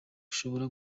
ushobora